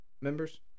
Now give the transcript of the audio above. members